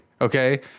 okay